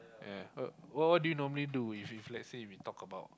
ya what what do you normally do if you let's say we talk about